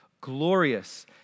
glorious